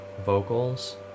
vocals